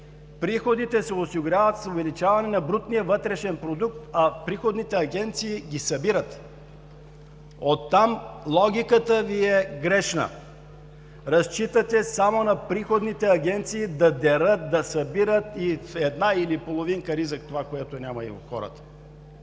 приходите се осигуряват с увеличаване на брутния вътрешен продукт, а приходните агенции ги събират. Оттам логиката Ви е грешна, разчитате само на приходните агенции да дерат, да събират и в една или половинка риза, това което няма и у хората.